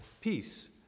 Peace